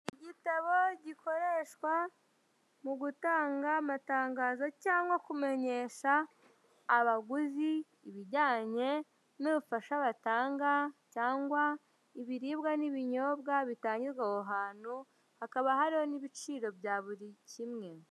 Igitabo gikoreshwa mu gutanga amatangazo cyangwa kumenyesha abaguzi ibijyanye n'ubufasha batanga cyangwa ibiribwa n'ibinyobwa bitangirwa aho hantu hakaba hariho n'ibiciro bya buri kimwe.